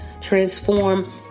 transform